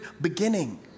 beginning